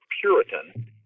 Puritan